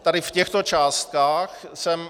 Tady v těchto částkách jsem...